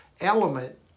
element